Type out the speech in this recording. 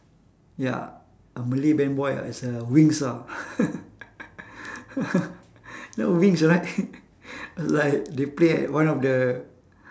ya a malay band boy ah is a wings ah the wings right was like they play at one of the